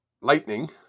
Lightning